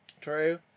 True